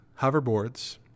hoverboards